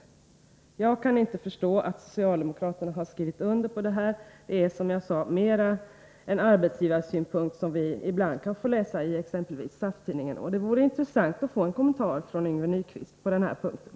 Jag kan inte förstå att socialdemokraterna har skrivit under detta. Det är, som jag sade, mera en arbetsgivarsynpunkt som vi ibland kan få läsa i exempelvis SAF-Tidningen. Det vore intressant att få en kommentar från Yngve Nyquist på den här punkten.